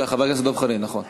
חבר הכנסת דב חנין, בבקשה.